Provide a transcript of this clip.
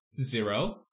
Zero